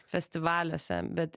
festivaliuose bet